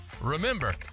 Remember